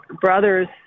brothers